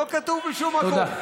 לא כתוב בשום מקום.